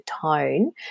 tone